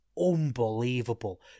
unbelievable